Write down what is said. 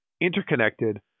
interconnected